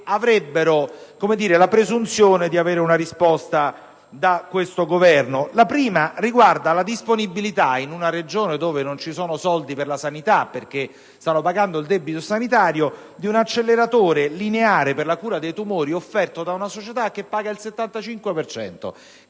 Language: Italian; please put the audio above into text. avrebbero la presunzione di avere una risposta da questo Governo. La prima riguarda la disponibilità - in una Regione dove non vi sono soldi per la sanità perché si sta pagando il debito sanitario - di un acceleratore lineare per la cura dei tumori, offerto da una società che paga il 75